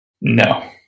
No